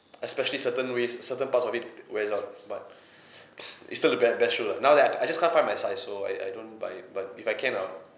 especially certain ways certain parts of it wears out but it's still the best best shoe now that I just can't find my size so I I don't buy it but if I can I'll